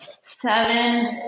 seven